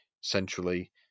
centrally